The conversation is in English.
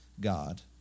god